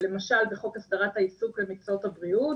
למשל בחוק הסדרת העיסוק במקצועות הבריאות